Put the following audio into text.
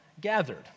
gathered